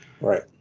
Right